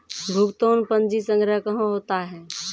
भुगतान पंजी संग्रह कहां होता हैं?